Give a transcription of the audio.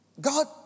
God